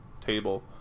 table